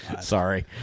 Sorry